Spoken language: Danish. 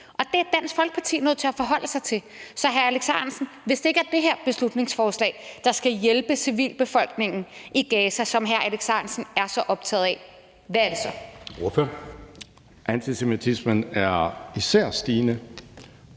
Det er Dansk Folkeparti nødt til at forholde sig til. Så, hr. Alex Ahrendtsen, hvis det ikke er det her beslutningsforslag, der skal hjælpe civilbefolkningen i Gaza, som hr. Alex Ahrendtsen er så optaget af, hvad er det så? Kl. 19:06 Anden næstformand